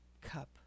cup